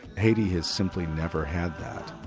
haiti has simply never had that.